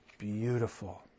Beautiful